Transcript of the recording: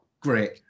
great